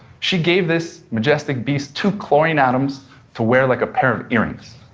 she gave this majestic beast two chlorine atoms to wear like a pair of earrings.